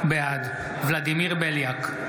בעד ולדימיר בליאק,